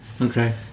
Okay